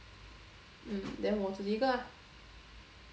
mm then 我自己一个 lah